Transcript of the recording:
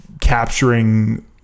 capturing